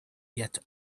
yet